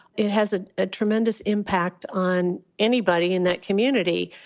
it has ah a tremendous impact on anybody in that community.